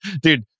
Dude